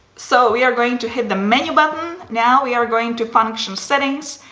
so we are going to hit the menu button. now we are going to function settings,